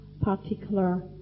particular